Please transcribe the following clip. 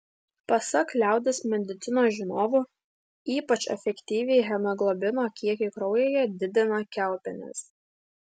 pasak liaudies medicinos žinovų ypač efektyviai hemoglobino kiekį kraujyje didina kiaulpienės